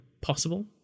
possible